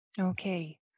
Okay